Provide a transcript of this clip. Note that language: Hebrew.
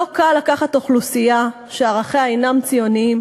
לא קל לקחת אוכלוסייה שערכיה אינם ציוניים